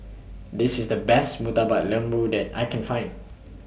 This IS The Best Murtabak Lembu that I Can Find